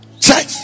Church